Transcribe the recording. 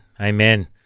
amen